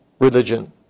Religion